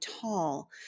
tall